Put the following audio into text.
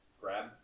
grab